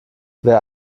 wer